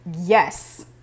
Yes